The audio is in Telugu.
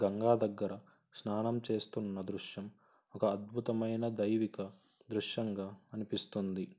గంగా దగ్గర స్నానం చేస్తున్న దృశ్యం ఒక అద్భుతమైన దైవిక దృశ్యంగా అనిపిస్తుంది